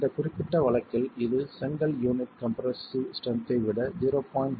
இந்த குறிப்பிட்ட வழக்கில் இது செங்கல் யூனிட் கம்ப்ரசிவ் ஸ்ட்ரென்த் ஐ விட 0